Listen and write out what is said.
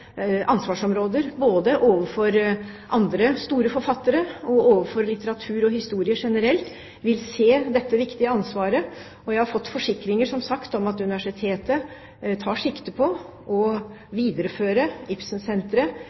ansvarsområder, overfor både andre store forfattere og litteratur og historie generelt – vil se dette viktige ansvaret. Jeg har, som sagt, fått forsikringer om at universitetet tar sikte på å videreføre